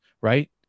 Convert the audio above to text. Right